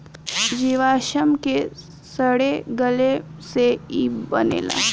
जीवाश्म के सड़े गले से ई बनेला